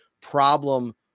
problem